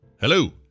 Hello